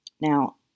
Now